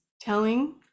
telling